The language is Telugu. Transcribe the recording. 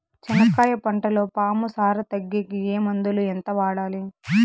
చెనక్కాయ పంటలో పాము సార తగ్గేకి ఏ మందులు? ఎంత వాడాలి?